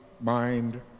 mind